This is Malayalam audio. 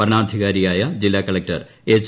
വരണാധികാരിയായ ജില്ലാ കളക്ടർ എച്ച്